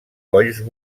colls